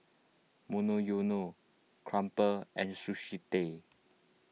Monoyono Crumpler and Sushi Tei